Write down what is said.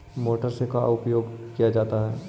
Motor से का उपयोग क्या जाता है?